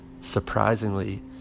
surprisingly